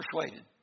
persuaded